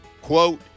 quote